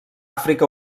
àfrica